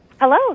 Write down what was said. Hello